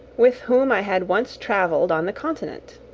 with whom i had once travelled on the continent.